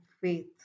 faith